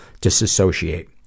disassociate